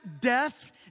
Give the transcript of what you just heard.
death